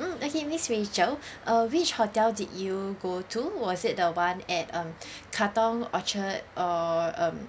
mm okay miss rachel uh which hotel did you go to was it the one at um katong orchard or um